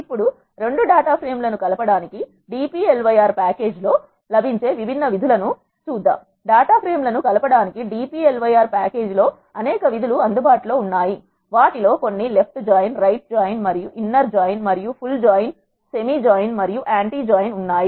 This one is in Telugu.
ఇప్పుడు 2 ఫ్రేమ్ లను కలప డానికి dplyr ప్యాకేజీ లో లభించే విభిన్న విధులను చూద్దాం డాటా ఫ్రేమ్ లను కలప డానికి dplyr ప్యాకేజ్ అనేక విధులు అందుబాటులో ఉన్నాయి వాటిలో కొన్ని లెఫ్ట్ జాయిన్ రైట్ జాయిన్ మరియు ఇన్నర్ జాయిన్ మరియు ఫుల్ జాయిన్ మరియు సెమి జాయిన్ మరియు యాంటీ జాయిన్ ఉన్నాయి